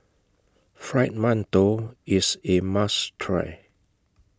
Fried mantou IS A must Try